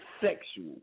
sexual